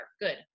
Good